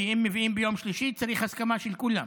כי אם מביאים ביום שלישי צריך הסכמה של כולם.